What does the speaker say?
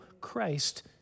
Christ